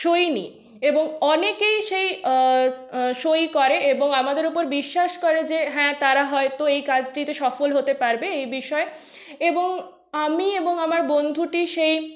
সই নিই এবং অনেকেই সেই সই করে এবং আমাদের উপর বিশ্বাস করে যে হ্যাঁ তারা হয়তো এই কাজটিতে সফল হতে পারবে এ বিষয়ে এবং আমি এবং আমার বন্ধুটি সেই